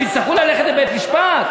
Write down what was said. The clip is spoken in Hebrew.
הם יצטרכו ללכת לבית-המשפט?